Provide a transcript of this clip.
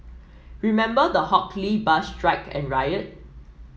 remember the Hock Lee bus strike and riot